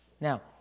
Now